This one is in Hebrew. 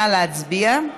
נא להצביע.